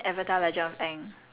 wait okay both